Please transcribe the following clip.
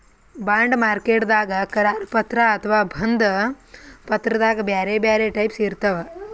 bond ಮಾರ್ಕೆಟ್ದಾಗ್ ಕರಾರು ಪತ್ರ ಅಥವಾ ಬಂಧ ಪತ್ರದಾಗ್ ಬ್ಯಾರೆ ಬ್ಯಾರೆ ಟೈಪ್ಸ್ ಇರ್ತವ್